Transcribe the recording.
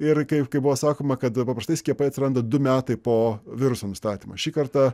ir kaip kai buvo sakoma kad paprastai skiepai atsiranda du metai po viruso nustatymo šį kartą